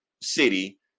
city